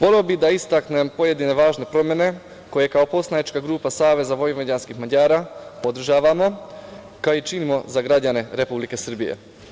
Voleo bih da istaknem pojedine važne promene koje kao poslanička grupa Saveza vojvođanskih Mađara podržavamo, kao i činimo za građane Republike Srbije.